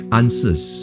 answers